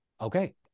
Okay